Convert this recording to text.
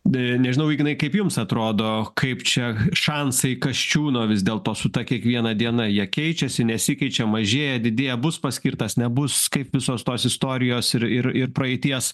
deja nežinau ignai kaip jums atrodo kaip čia šansai kasčiūno vis dėlto su ta kiekviena diena jie keičiasi nesikeičia mažėja didėja bus paskirtas nebus kaip visos tos istorijos ir ir ir praeities